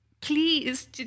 please